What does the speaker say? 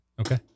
Okay